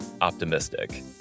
optimistic